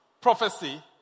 prophecy